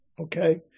Okay